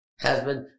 husband